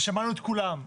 ושמענו את כולם,